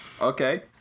Okay